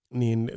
niin